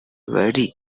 bari